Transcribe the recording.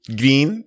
green